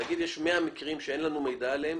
נגיד שיש 100 מקרים שאין לנו מידע עליהם,